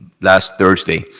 last thursday,